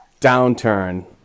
downturn